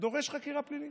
דורש חקירה פלילית.